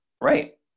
right